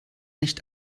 nicht